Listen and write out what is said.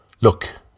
Look